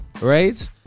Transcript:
right